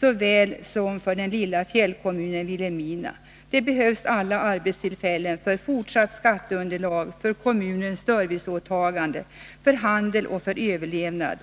och för den lilla fjällkommunen Vilhelmina, som behöver alla arbetstillfällen för fortsatt skatteunderlag för kommunens serviceåtaganden, för handel och för överlevnad.